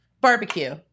Barbecue